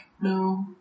No